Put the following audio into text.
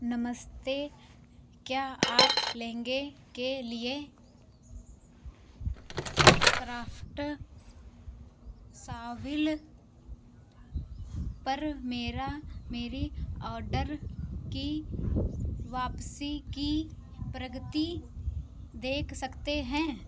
नमस्ते क्या आप लहँगे के लिए क्राफ्ट्सविला पर मेरे मेरी ऑर्डर की वापसी की प्रगति देख सकते हैं